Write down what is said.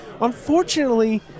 Unfortunately